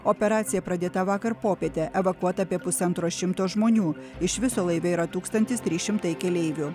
operacija pradėta vakar popietę evakuota apie pusantro šimto žmonių iš viso laive yra tūkstantis trys šimtai keleivių